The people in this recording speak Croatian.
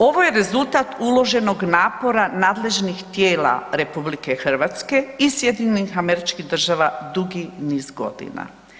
Ovo je rezultat uloženog napora nadležnih tijela RH i SAD-a dugi niz godina.